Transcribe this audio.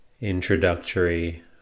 Introductory